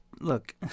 Look